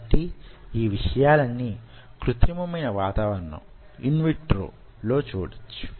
కాబట్టి యీ విషయాలన్నీ కృత్రిమమైన వాతవరణం ఇన్ విట్రో లో చూడవచ్చు